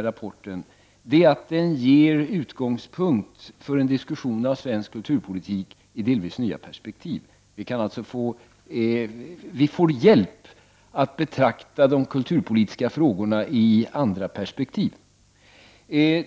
rapporten är att den ger utgångspunkt för en diskussion om svensk kulturpolitik i delvis nya perspektiv. Vi får hjälp att betrakta de kulturpolitiska frågorna i andra perspektiv.